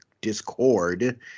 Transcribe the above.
Discord